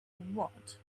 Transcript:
what